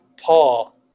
Paul